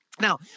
Now